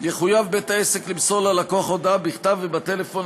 יחויב בית-העסק למסור ללקוח הודעה בכתב ובטלפון